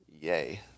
Yay